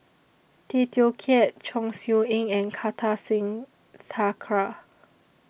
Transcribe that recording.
Tay Teow Kiat Chong Siew Ying and Kartar Singh Thakral